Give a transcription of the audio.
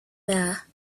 there